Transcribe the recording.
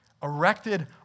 Erected